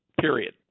Period